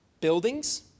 buildings